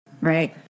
Right